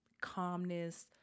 calmness